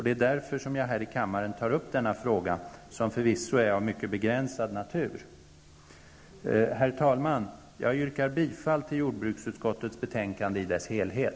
Det är därför som jag här i kammaren tar upp denna fråga som förvisso är av mycket begränsad natur. Herr talman! Jag yrkar bifall till jordbruksutskottets hemställan i dess helhet.